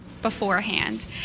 Beforehand